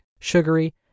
sugary